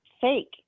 fake